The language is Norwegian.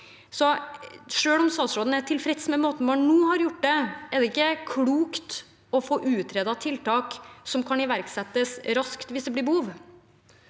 Selv om statsråden er tilfreds med måten man nå har gjort det på, er det ikke klokt å få utredet tiltak som kan iverksettes raskt, hvis det blir behov?